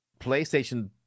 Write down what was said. PlayStation